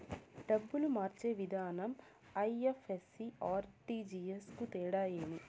డబ్బులు మార్చే విధానం ఐ.ఎఫ్.ఎస్.సి, ఆర్.టి.జి.ఎస్ కు తేడా ఏమి?